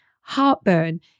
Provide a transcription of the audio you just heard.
heartburn